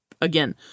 again